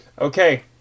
Okay